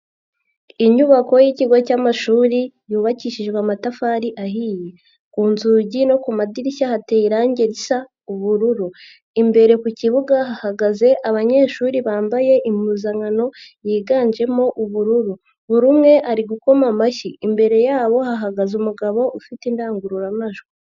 Inyubako y'ikigo cy'amashuri yubakishijwe amatafari ahiye, ku nzugi no ku madirishya hateye irangi risa ubururu, imbere ku kibuga hahagaze abanyeshuri bambaye impuzankano yiganjemo ubururu, buri umwe ari gukoma amashyi, imbere yabo hahagaze umugabo ufite indangururamajwi.